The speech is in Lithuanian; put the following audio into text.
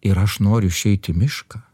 ir aš noriu išeit į mišką